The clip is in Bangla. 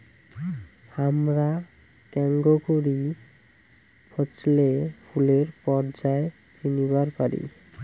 হামরা কেঙকরি ফছলে ফুলের পর্যায় চিনিবার পারি?